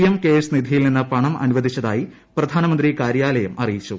M cares നിധ്യിയിൽ നിന്ന് പണം അനുവദിച്ചതായി പ്രധാനമന്ത്രി കാര്യാലയം അറിയിച്ചു